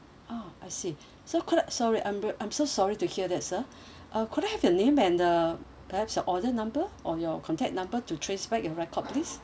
oh I see so could I sorry I'm I'm so sorry to hear that sir uh could I have your name and the perhaps your order number or your contact number to trace back your record please